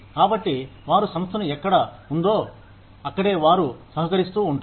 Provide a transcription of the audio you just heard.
కాబట్టి వారు సంస్థను ఎక్కడ ఉందో అక్కడే వారు సహకరిస్తూ ఉంటారు